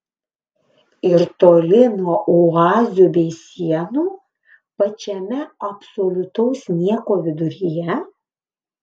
ir toli nuo oazių bei sienų pačiame absoliutaus nieko viduryje